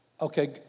okay